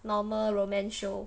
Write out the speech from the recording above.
normal romance show